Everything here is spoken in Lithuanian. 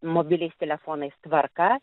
mobiliais telefonais tvarka